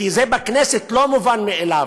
כי בכנסת זה לא מובן מאליו,